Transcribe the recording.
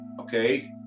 okay